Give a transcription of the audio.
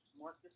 mark